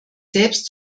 selbst